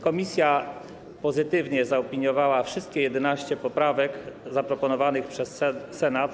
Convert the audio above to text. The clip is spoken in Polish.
Komisja pozytywnie zaopiniowała wszystkich 11. poprawek zaproponowanych przez Senat.